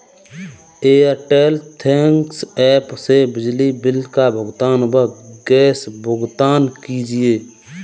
Airtel thanks app से बिजली bill का भुगतान व गैस भुगतान कीजिए